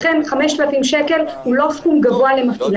לכן 5,000 הוא לא סכום גבוה למפעיל.